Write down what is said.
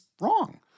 wrong